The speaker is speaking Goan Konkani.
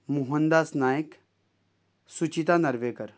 मोहनदास नायक सुचिता नार्वेकर